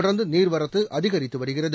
தொடர்ந்து நீர்வரத்து அதிகரித்து வருகிறது